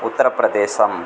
Uttar Pradesh